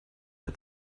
der